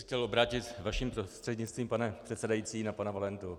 Já bych se chtěl obrátit vaším prostřednictvím, pane předsedající, na pana Valentu.